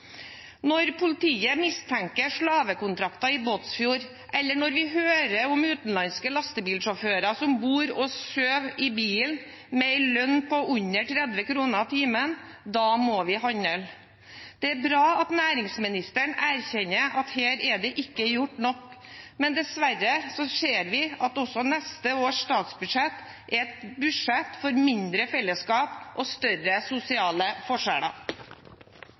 Når politiet mistenker at det er slavekontrakter i Båtsfjord, eller når vi hører om utenlandske lastebilsjåfører som bor og sover i bilen, med en lønn på under 30 kr i timen, må vi handle. Det er bra at næringsministeren erkjenner at her er det ikke gjort nok. Men dessverre ser vi at også neste års statsbudsjett vil være et budsjett for mindre fellesskap og større sosiale forskjeller.